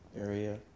area